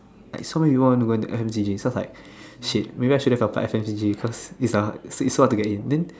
like so many people want to go into S_M_T_G so it's like shit maybe I should just apply S_M_T_G because is a is hard to get in then